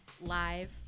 live